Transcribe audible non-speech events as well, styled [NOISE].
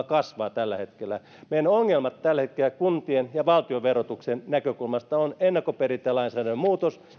[UNINTELLIGIBLE] kasvaa tällä hetkellä meidän ongelmat tällä hetkellä kuntien ja valtion verotuksen näkökulmasta ovat ennakkoperintälainsäädännön muutos